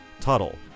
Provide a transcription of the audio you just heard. Tuttle